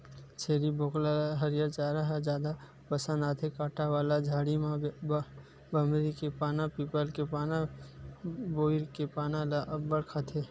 छेरी बोकरा ल हरियर चारा ह जादा पसंद आथे, कांटा वाला झाड़ी म बमरी के पाना, पीपल के पाना, बोइर के पाना ल अब्बड़ खाथे